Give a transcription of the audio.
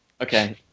Okay